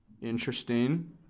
interesting